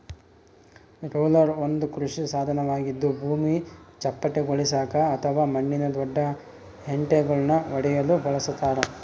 roller ಒಂದು ಕೃಷಿ ಸಾಧನವಾಗಿದ್ದು ಭೂಮಿ ಚಪ್ಪಟೆಗೊಳಿಸಾಕ ಅಥವಾ ಮಣ್ಣಿನ ದೊಡ್ಡ ಹೆಂಟೆಳನ್ನು ಒಡೆಯಲು ಬಳಸತಾರ